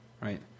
right